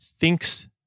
thinks